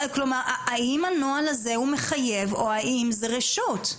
האם הנוהל הזה הוא מחייב או האם זאת רשות?